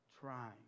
trying